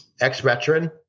ex-veteran